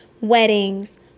weddings